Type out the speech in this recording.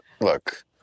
look